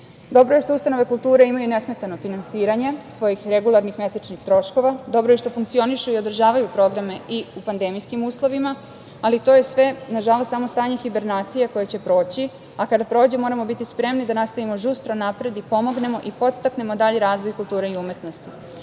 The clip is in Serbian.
Dobro je što ustanove kulture imaju nesmetano finansiranje svojih regularnih mesečnih troškova. Dobro je što funkcionišu i održavaju programe i u pandemijskim uslovima, ali to je sve na žalost stanje hibernacije koje će proći, a kada prođe moramo biti spremni da nastavimo žustro napred i pomognemo i podstaknemo dalji razvoj kulture i umetnosti. Iako